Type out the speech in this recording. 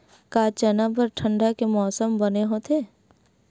का चना बर ठंडा के मौसम बने होथे?